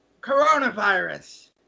coronavirus